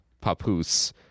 papoose